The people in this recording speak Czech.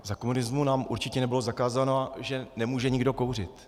Za komunismu nám určitě nebylo zakazováno, že nemůže nikdo kouřit.